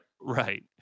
right